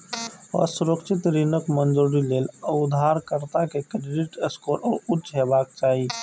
असुरक्षित ऋणक मंजूरी लेल उधारकर्ता के क्रेडिट स्कोर उच्च हेबाक चाही